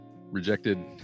rejected